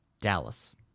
Dallas